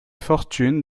fortune